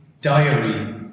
diary